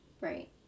Right